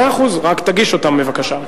מאה אחוז, רק תגיש אותן בבקשה.